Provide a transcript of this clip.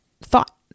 thought